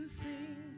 sing